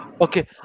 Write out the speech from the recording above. Okay